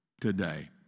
today